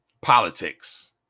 politics